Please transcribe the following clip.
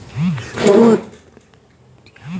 तू या महिन्याचं बँक तपशील तपासल आहे का?